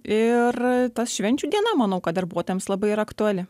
ir ta švenčių diena manau kad darbuotojams labai yra aktuali